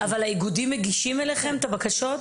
אבל האיגודים מגישים אליכם את הבקשות?